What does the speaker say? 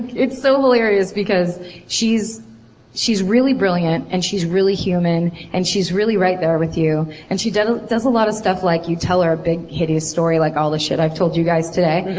it's so hilarious because she's she's really brilliant and she's really human and she's really right there with you. and she does does a lot of stuff like you tell her a big, hideous story like all the shit i've told you guys today.